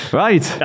right